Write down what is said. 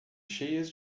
cheias